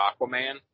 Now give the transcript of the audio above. Aquaman